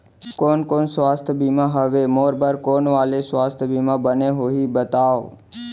कोन कोन स्वास्थ्य बीमा हवे, मोर बर कोन वाले स्वास्थ बीमा बने होही बताव?